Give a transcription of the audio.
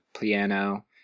piano